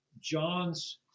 John's